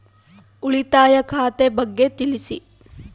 ಉಳಿತಾಯ ಖಾತೆ ಬಗ್ಗೆ ತಿಳಿಸಿ?